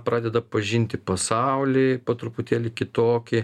pradeda pažinti pasaulį po truputėlį kitokį